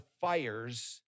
fires